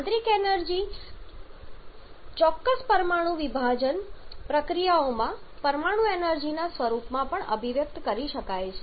આંતરિક એનર્જી ચોક્કસ પરમાણુ વિભાજન પ્રતિક્રિયાઓમાં પરમાણુ એનર્જી ના સ્વરૂપમાં પણ અભિવ્યક્ત કરી શકે છે